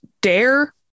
Dare